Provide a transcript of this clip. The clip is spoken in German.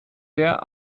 der